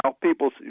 people